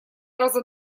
раза